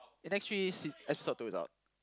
index three sea episode two is out